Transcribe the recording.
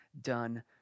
done